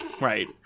right